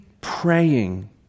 praying